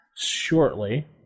shortly